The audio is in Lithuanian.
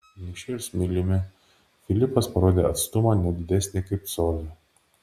nykščiu ir smiliumi filipas parodė atstumą ne didesnį kaip colį